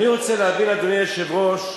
אני רוצה להבין, אדוני היושב-ראש,